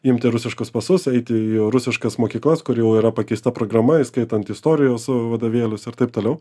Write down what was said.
imti rusiškus pasus eiti į rusiškas mokyklas kur jau yra pakeista programa įskaitant istorijos vadovėlius ir taip toliau